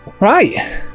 right